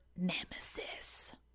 nemesis